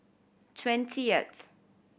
twentieth